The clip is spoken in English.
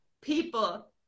people